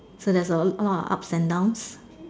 so there's a a lot of ups and downs